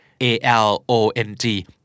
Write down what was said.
A-L-O-N-G